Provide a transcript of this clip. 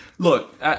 Look